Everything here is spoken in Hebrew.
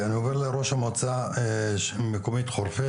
אני עובר לראש המועצה המקומית חורפיש.